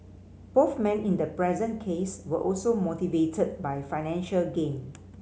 both men in the present case were also motivated by financial gain